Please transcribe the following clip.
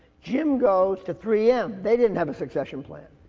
jim goes to three m. they didn't have a succession plan.